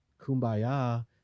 Kumbaya